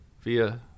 via